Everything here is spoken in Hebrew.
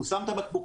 הוא שם את הבקבוקים,